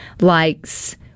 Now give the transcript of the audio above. likes